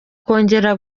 kongera